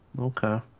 Okay